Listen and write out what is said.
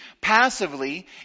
passively